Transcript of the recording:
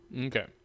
okay